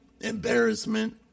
embarrassment